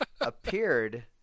appeared